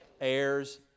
heirs